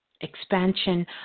Expansion